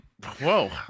whoa